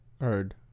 heard